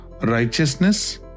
righteousness